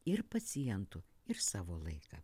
ir pacientų ir savo laiką